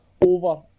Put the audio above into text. over